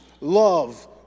love